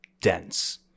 dense